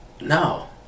no